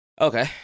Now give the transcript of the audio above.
Okay